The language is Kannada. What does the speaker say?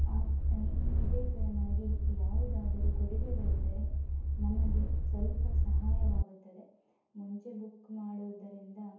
ಆ ಈ ಇದೇ ತೆರನಾಗಿ ಯಾವುದಾದರೂ ಕೊಡುಗೆಗಳಿದ್ದರೆ ನಮಗೆ ಸ್ವಲ್ಪ ಸಹಾಯವಾಗುತ್ತದೆ ಮುಂಚೆ ಬುಕ್ ಮಾಡುವುದರಿಂದ